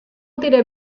tidak